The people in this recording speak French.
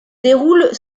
déroulent